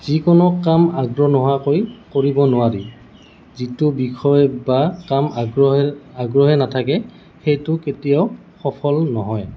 যিকোনো কাম আগ্ৰহ নোহোৱাকৈ কৰিব নোৱাৰি যিটো বিষয় বা কাম আগ্ৰহে নাথাকে সেইটো কেতিয়াও সফল নহয়